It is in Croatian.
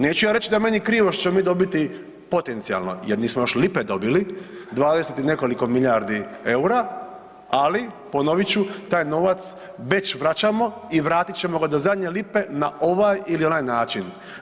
Neću ja reći da je meni krivo što ćemo mi dobiti potencijalno jer nismo još lipe dobili, 20 i nekoliko milijardi EUR-a, ali ponovit ću taj novac već vraćamo i vratit ćemo ga do zadnje lipe na ovaj ili onaj način.